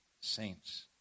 saints